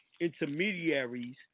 intermediaries